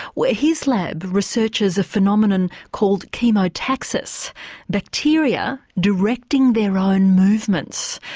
where his lab researches a phenomenon called chemotaxis, bacteria directing their own movements.